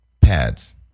pads